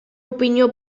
opinió